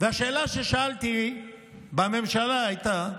והשאלה ששאלתי בממשלה הייתה: